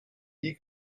dis